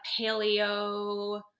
paleo